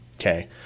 okay